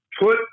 put